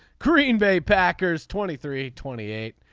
green bay packers twenty three twenty eight.